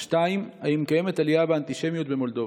2. האם קיימת עלייה באנטישמיות במולדובה?